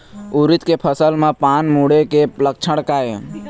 उरीद के फसल म पान मुड़े के लक्षण का ये?